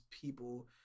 people